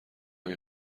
این